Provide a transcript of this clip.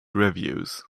reviews